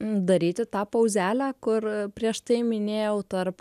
daryti tą pauzelę kur prieš tai minėjau tarp